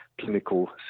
clinical